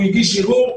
הוא הגיש ערעור,